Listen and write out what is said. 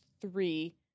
three